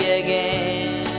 again